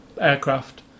aircraft